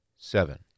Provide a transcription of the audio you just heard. seven